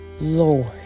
Lord